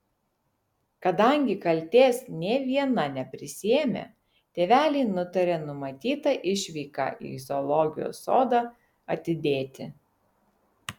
kadangi kaltės nė viena neprisiėmė tėveliai nutarė numatytą išvyką į zoologijos sodą atidėti